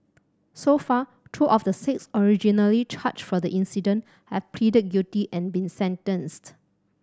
so far two of the six originally charged for the incident have pleaded guilty and been sentenced